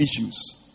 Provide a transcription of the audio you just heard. issues